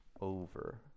over